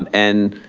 and